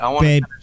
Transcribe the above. babe